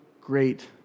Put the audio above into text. great